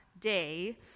day